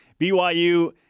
BYU